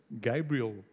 Gabriel